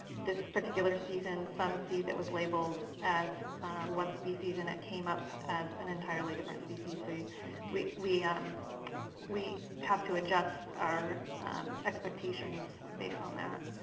this particular season, some seed that was labeled as one species and that came up as an entirely different species. so we we um have to adjust our expectations based on that.